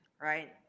right